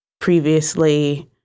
previously